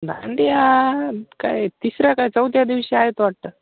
दांडिया काय तिसऱ्या का चौथ्या दिवशी आहेत त वाटतं